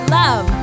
love